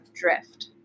drift